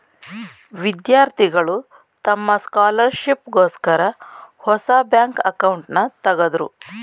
ವಿದ್ಯಾರ್ಥಿಗಳು ತಮ್ಮ ಸ್ಕಾಲರ್ಶಿಪ್ ಗೋಸ್ಕರ ಹೊಸ ಬ್ಯಾಂಕ್ ಅಕೌಂಟ್ನನ ತಗದ್ರು